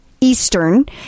eastern